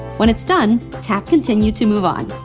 when it's done, tap continue to move on.